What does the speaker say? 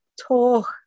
talk